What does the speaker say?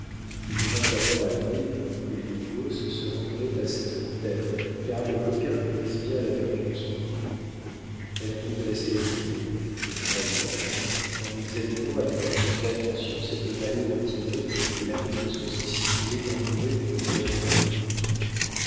il me vint alors à l'idée que les mingos se rendraient à cette fontaine car les coquins connaissent bien la vertu de son eau elle a donc de la célébrité demanda heyward en examinant avec plus d'attention cette vallée retirée et la petite source qui s'y trouvait entourée d'une terre inculte